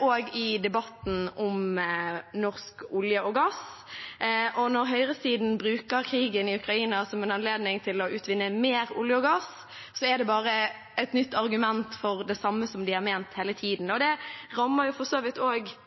også i debatten om norsk olje og gass. Når høyresiden bruker krigen i Ukraina som en anledning til å utvinne mer olje og gass, er det bare et nytt argument for det samme de har ment hele tiden. Det rammer for så vidt